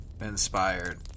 inspired